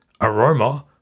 aroma